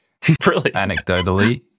anecdotally